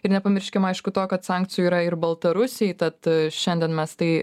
ir nepamirškim aišku to kad sankcijų yra ir baltarusijai tad šiandien mes tai